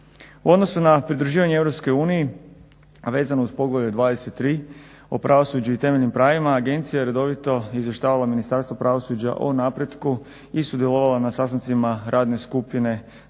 U odnosu na pridruživanje Europskoj uniji, a vezano uz poglavlje 23 o pravosuđu i temeljnim pravima, agencija redovito izvještavala Ministarstvo pravosuđa o napretku i sudjelovala na sastancima radne skupine